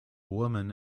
woman